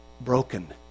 broken